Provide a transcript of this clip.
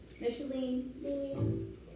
Micheline